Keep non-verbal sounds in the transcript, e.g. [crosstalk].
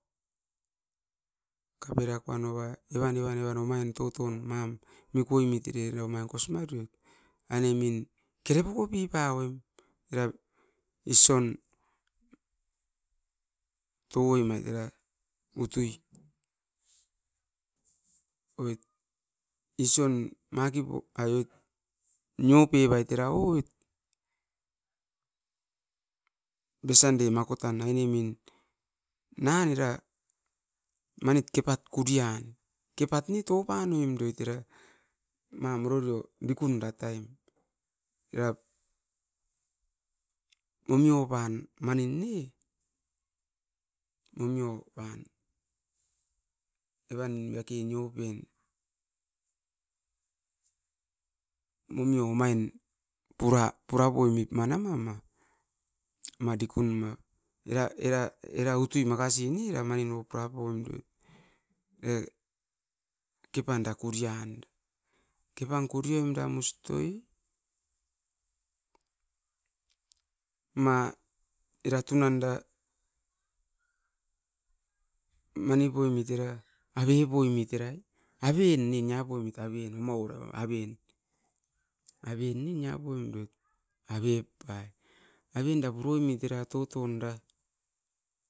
Kaperako anoa evan omain toton kosi ngareoi aine kere poko pipaoim era ision tokoemait era utui. Nio peait era o besande makotan nan era manit kepai kurian. Dikuun era taim kepaai ne topaoim roit. Era momio pan manin ne evan ne rake nio pen era utui makasi ne manin era kepan da kurian. Kepan kurioim dam ustoi, ma tunan era ave poimit era aven ne nia poimit, aven era puroimit era. [unintelligible]